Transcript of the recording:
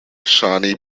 shawnee